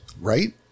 Right